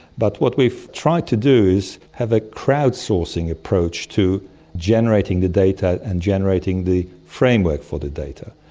but what we've tried to do is have a crowd sourcing approach to generating the data and generating the framework for the data.